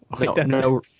No